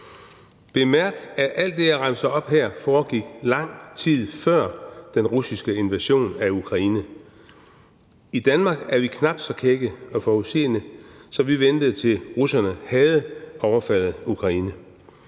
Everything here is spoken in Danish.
Bemærk, at alt det, jeg remser op her, foregik lang tid før den russiske invasion af Ukraine. I Danmark er vi knap så kække og forudseende, så vi ventede, til russerne havde overfaldet Ukraine,